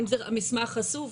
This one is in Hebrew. האם המסמך חשוף?